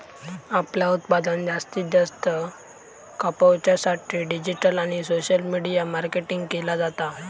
आपला उत्पादन जास्तीत जास्त खपवच्या साठी डिजिटल आणि सोशल मीडिया मार्केटिंग केला जाता